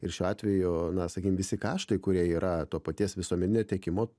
ir šiuo atveju na sakykim visi kaštai kurie yra to paties visuomeninio tiekimo